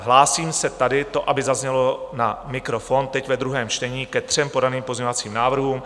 Hlásím se tady, to aby zaznělo na mikrofon, teď ve druhém čtení ke třem podaným pozměňovacím návrhům.